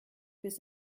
biss